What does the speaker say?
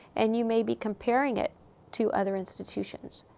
and you may be comparing it to other institutions.